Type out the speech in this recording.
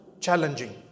challenging